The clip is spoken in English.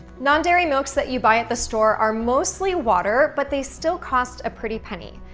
non-dairy milks that you buy at the store are mostly water, but they still cost a pretty penny.